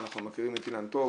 אנחנו מכירים את אילן טוב,